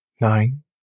nine